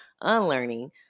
unlearning